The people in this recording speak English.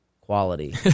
quality